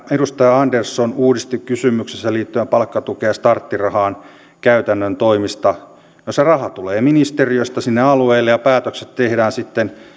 edustaja andersson uudisti kysymyksensä liittyen palkkatukeen ja starttirahaan käytännön toimista no se raha tulee ministeriöstä sinne alueelle ja päätökset tehdään sitten